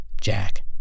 Jack